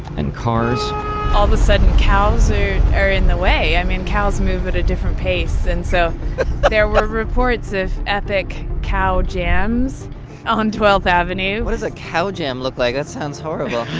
and cars all of the sudden, cows are in the way. i mean, cows move at a different pace and so there were reports of epic cow jams on twelfth avenue what does a cow jam look like? that sounds horrible.